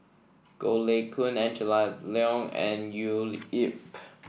Goh Lay Kuan Angela Liong and Leo Yip